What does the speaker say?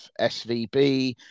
SVB